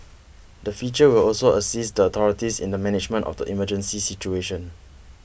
the feature will also assist the authorities in the management of the emergency situation